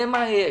זה מה יש,